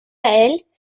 elles